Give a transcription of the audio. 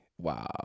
Wow